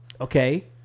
okay